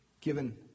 given